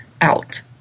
out